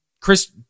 Chris